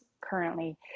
currently